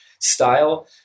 style